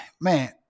man